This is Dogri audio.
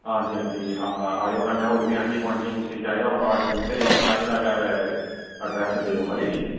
हां जी हां जी हां आएयो कन्नै होर बी आंढी गुआंढियें कुसै गी चाहिदा होग काठ कूठ ते ताईं दा गै अड्रैस देओ खरी नी